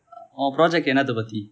உன்:un project என்னாத்த பத்தி:ennatha pathi